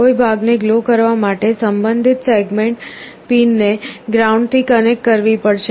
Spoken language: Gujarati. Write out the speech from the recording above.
કોઈ ભાગને ગ્લો કરવા માટે સંબંધિત સેગમેન્ટ પિન ને ગ્રાઉન્ડ થી કનેક્ટ કરવી પડશે